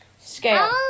Scale